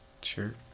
sure